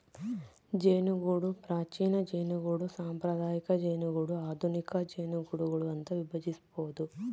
ಜೇನುಗೂಡು ಪ್ರಾಚೀನ ಜೇನುಗೂಡು ಸಾಂಪ್ರದಾಯಿಕ ಜೇನುಗೂಡು ಆಧುನಿಕ ಜೇನುಗೂಡುಗಳು ಅಂತ ವಿಭಜಿಸ್ಬೋದು